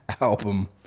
album